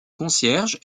concierge